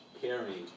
carrying